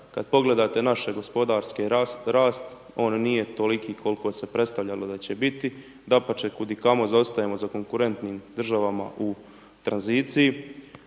kad pogledate naš gospodarski rast, on nije toliki koliko se predstavljalo da će biti, dapače kudikamo zaostajemo za konkurentnim državama u tranziciji.